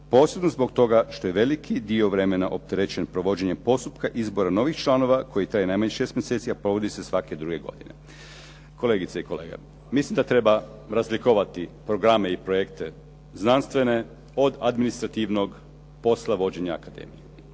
posebno zbog toga što je veliki dio vremena opterećen provođenjem postupka, izbora novih članova koji traje najmanje šest mjeseci a provodi se svake druge godine. Kolegice i kolege, mislim da treba razlikovati programe i projekte znanstvene od administrativnog posla vođenja akademije.